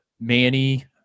manny